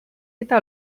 eta